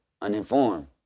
uninformed